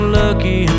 lucky